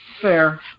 Fair